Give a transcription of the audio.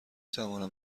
توانم